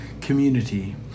community